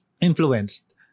influenced